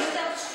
עדיין משתמשים.